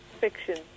Fiction